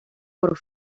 por